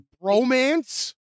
romance